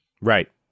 Right